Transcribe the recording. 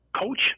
coach